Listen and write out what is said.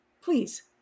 please